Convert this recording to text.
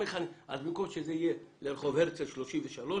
במקום שזה יהיה לרחוב הרצל 33,